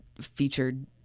featured